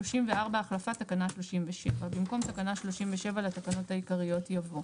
34. החלפת תקנה 37. במקום תקנה 37 לתקנות העיקריות יבוא: